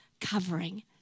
covering